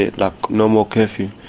yeah like no more curfew.